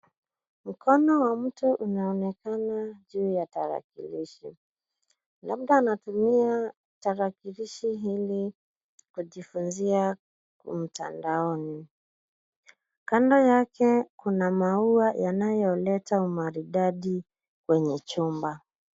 Mkono wa mtu unaonekana juu ya tarakilishi. Labda anatumia tarakilishi hili kujifunzia mtandaoni. Kando yake kuna maua yanayoleta umaridadi kwenye chumba.